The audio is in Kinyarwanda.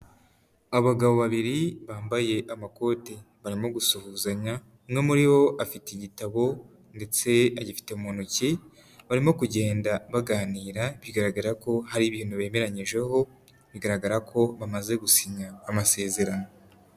Abagabo babiri bambaye amakoti barimo gusuhuzanya, umwe muri bo afite igitabo ndetse agifite mu ntoki, barimo kugenda baganira, bigaragara ko hari ibintu bemeranyijeho, bigaragara ko bamaze gusinya amasezerano.